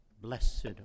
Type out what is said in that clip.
Blessed